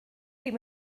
ddim